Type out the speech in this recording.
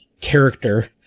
character